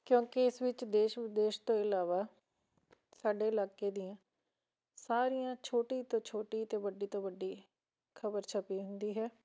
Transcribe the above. ਕਿਉਂਕਿ ਇਸ ਵਿੱਚ ਦੇਸ਼ ਵਿਦੇਸ਼ ਤੋਂ ਇਲਾਵਾ ਸਾਡੇ ਇਲਾਕੇ ਦੀਆਂ ਸਾਰੀਆਂ ਛੋਟੀ ਤੋਂ ਛੋਟੀ ਅਤੇ ਵੱਡੀ ਤੋਂ ਵੱਡੀ ਖਬਰ ਛਪੀ ਹੁੰਦੀ ਹੈ